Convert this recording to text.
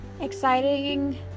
exciting